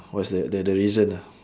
what's the the the reason ah